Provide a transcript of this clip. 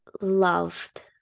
loved